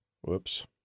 Whoops